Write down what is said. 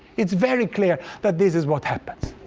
it's very clear that this is what happens.